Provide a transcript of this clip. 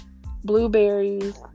blueberries